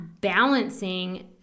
balancing